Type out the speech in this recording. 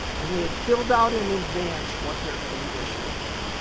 and they had filled out in advance what their three wishes were.